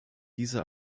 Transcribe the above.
diese